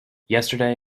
yesterday